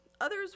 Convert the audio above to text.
Others